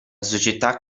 società